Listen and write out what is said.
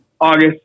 August